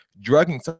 drugging